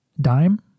Dime